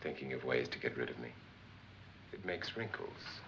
thinking of ways to get rid of me it makes wrinkles